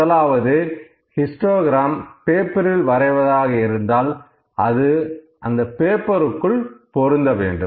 முதலாவதாக ஹிஸ்டோகிரம் பேப்பரில் வரைவதாக இருந்தால் அது அந்த பேப்பருக்குள் பொருந்த வேண்டும்